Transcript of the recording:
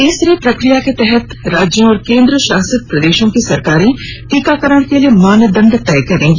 तीसरी प्रक्रिया के तहत राज्यों और केन्द्र शासित प्रदेशों की सरकारें टीकाकरण के लिए मानदंड तय करेगी